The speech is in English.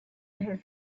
his